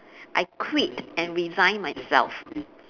I quit and resign myself